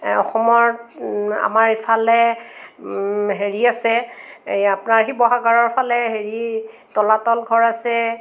অসমৰ আমাৰ ইফালে হেৰি আছে এই আপোনাৰ শিৱসাগৰৰ ফালে হেৰি তলাতল ঘৰ আছে